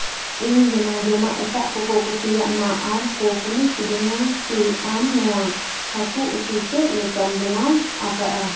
ᱤᱧ ᱵᱮᱱᱟᱣ ᱡᱚᱢᱟᱜ ᱮᱴᱟᱜ ᱠᱚᱠᱚ ᱠᱩᱥᱤᱭᱟᱣᱱᱟ ᱟᱨ ᱠᱚ ᱠᱩᱞᱤ ᱠᱤᱫᱤᱧᱟ ᱠᱤ ᱟᱢ ᱱᱚᱣᱟ ᱦᱟᱹᱠᱩ ᱩᱛᱩ ᱪᱮᱫ ᱞᱮᱠᱟᱢ ᱵᱮᱱᱟᱣ ᱟᱠᱟᱜᱼᱟ